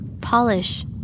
Polish